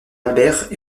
albert